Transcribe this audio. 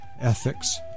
ethics